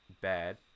bad